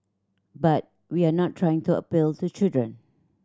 but we're not trying to appeal to children